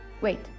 Wait